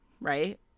right